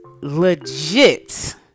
legit